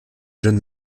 john